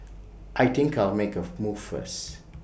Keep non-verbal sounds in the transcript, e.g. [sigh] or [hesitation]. I think I'll make A [hesitation] move first